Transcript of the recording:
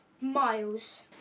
miles